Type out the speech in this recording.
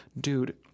dude